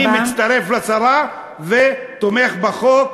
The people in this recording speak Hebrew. אני מצטרף לשרה ותומך בחוק,